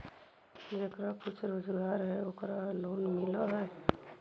जेकरा कुछ रोजगार है ओकरे लोन मिल है?